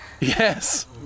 Yes